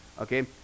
okay